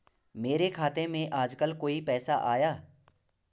मेरे खाते में आजकल कोई पैसा आया?